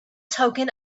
token